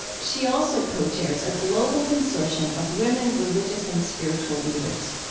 she also co-chairs a global consortium of women religious and spiritual leaders.